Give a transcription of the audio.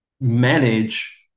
manage